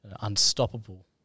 unstoppable